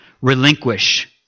relinquish